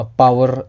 power